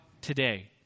today